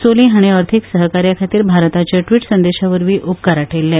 सोली हाणी अर्थिक सहकार्याखातीर भारताचे व्टीट संदेशावरवी उपकार आटायल्ले